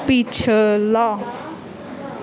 ਪਿਛਲਾ